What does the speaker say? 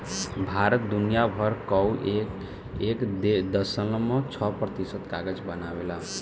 भारत दुनिया भर कअ एक दशमलव छह प्रतिशत कागज बनावेला